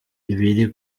ibiri